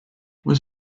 was